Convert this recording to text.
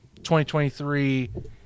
2023